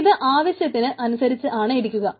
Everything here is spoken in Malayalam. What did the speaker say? ഇത് ആവശ്യത്തിന് അനുസരിച്ച് ആണ് ഇരിക്കുന്നത്